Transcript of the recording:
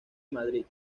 madrid